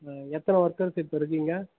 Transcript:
ஆ எத்தனை ஒர்க்கர்ஸ் இப்போது இருக்கீங்க